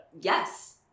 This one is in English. Yes